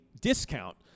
discount